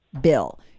bill